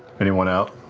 anyone out?